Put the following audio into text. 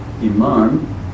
Iman